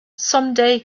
someday